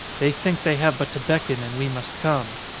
they think they have but to beckon and we must come.